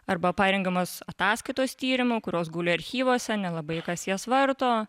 arba parengiamos ataskaitos tyrimų kurios guli archyvuose nelabai kas jas varto